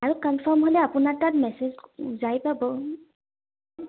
আৰু কনফাৰ্ম হ'লে আপোনাৰ তাত মেছেজ যাই পাব